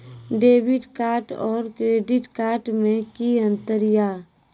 Debit card और credit card मे कि अंतर या?